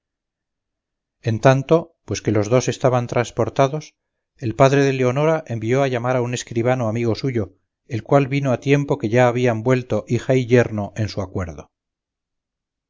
en tanto pues que los dos estaban transportados el padre de leonora envió a llamar a un escribano amigo suyo el cual vino a tiempo que ya habían vuelto hija y yerno en su acuerdo